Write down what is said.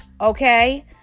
Okay